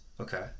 Okay